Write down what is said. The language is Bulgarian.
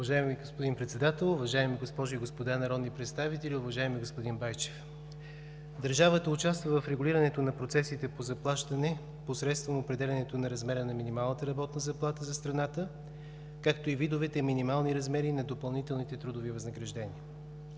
Уважаеми господин Председател, уважаеми госпожи и господа народни представители, уважаеми господин Байчев! Държавата участва в регулирането на процесите по заплащане посредством определянето на размера на минималната работна заплата за страната, както и видовете минимални размери на допълнителните трудови възнаграждения.